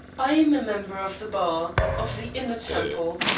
i am a member of the bar, of the inner temple.